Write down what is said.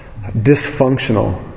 dysfunctional